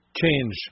change